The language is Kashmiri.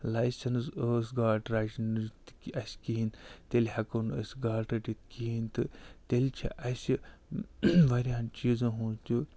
لایسٮ۪نٕس ٲس گاڈٕ رَچنِچ تہِ کہِ اَسہِ کِہیٖنۍ تیٚلہِ ہٮ۪کو نہٕ أسۍ گاڈٕ رٔٹِتھ کِہیٖنۍ تہٕ تیٚلہِ چھِ اَسہِ واریاہَن چیٖزَن ہُنٛد تہِ